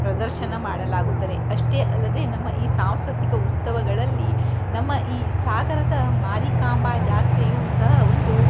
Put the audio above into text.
ಪ್ರದರ್ಶನ ಮಾಡಲಾಗುತ್ತದೆ ಅಷ್ಟೇ ಅಲ್ಲದೆ ನಮ್ಮ ಈ ಸಾಂಸ್ಕೃತಿಕ ಉತ್ಸವಗಳಲ್ಲಿ ನಮ್ಮ ಈ ಸಾಗರದ ಮಾರಿಕಾಂಬಾ ಜಾತ್ರೆಯೂ ಸಹ ಒಂದು